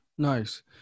Nice